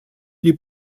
die